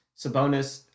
Sabonis